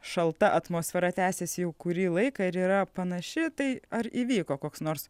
šalta atmosfera tęsiasi jau kurį laiką ir yra panaši tai ar įvyko koks nors